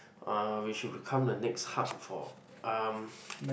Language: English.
uh we should become the next hub for um